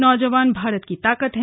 नौजवान भारत की ताकत हैं